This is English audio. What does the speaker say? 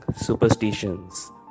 superstitions